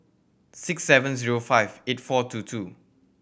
six seven zero five eight four two two